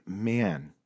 Man